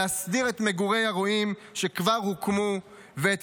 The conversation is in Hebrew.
להסדיר את מגורי הרועים שכבר הוקמו ואת